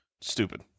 stupid